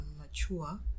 mature